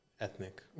Ethnic